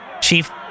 Chief